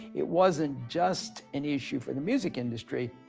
it wasn't just any issue for the music industry.